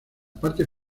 parte